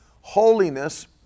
holiness